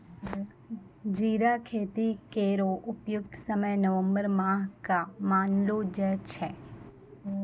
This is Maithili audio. जीरा खेती केरो उपयुक्त समय नवम्बर माह क मानलो जाय छै